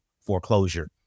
foreclosure